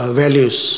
values